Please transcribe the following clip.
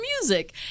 music